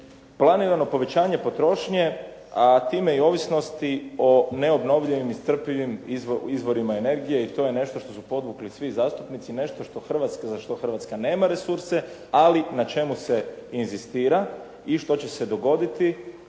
planirano povećanje potrošnje, a time i ovisnosti o neobnovljivim i neiscrpivim izvorima energije. I to je nešto što su podvukli svi zastupnici, nešto za što Hrvatska nema resurse, ali na čemu se inzistira i što će se dogoditi,